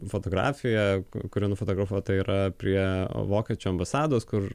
fotografija kurioje nufotografuota yra prie vokiečių ambasados kur